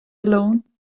alone